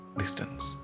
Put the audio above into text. distance